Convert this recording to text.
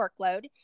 workload